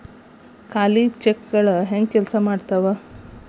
ಖಾಲಿ ಚೆಕ್ಗಳ ಹೆಂಗ ಕೆಲ್ಸಾ ಮಾಡತದ?